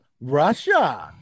Russia